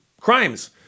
crimes